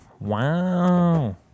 Wow